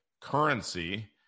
currency